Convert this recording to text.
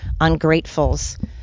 ungratefuls